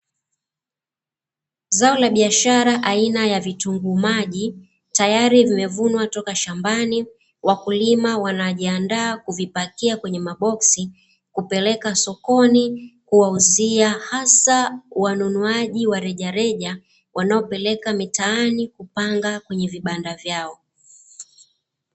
Zao la bashara aina ya vitunguu maji, tayari vimevunwa toka shambani, wakulima wanajiandaa kuvipakia kwenye maboksi kupeleka sokoni kuwauzia hasa wanunuaji wa rejareja, wanaopeleka mitaani kupanga kwenye vibanda vyao.